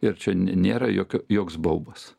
ir čia nėra jokio joks baubas